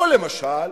או למשל,